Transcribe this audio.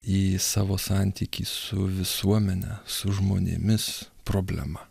į savo santykį su visuomene su žmonėmis problema